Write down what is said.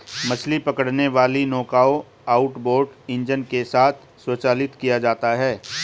मछली पकड़ने वाली नौकाओं आउटबोर्ड इंजन के साथ संचालित किया जाता है